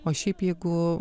o šiaip jeigu